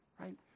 right